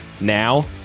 Now